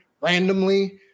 randomly